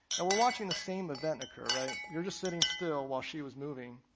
and we're watching the same event occur, right? you're just sitting still while she's moving,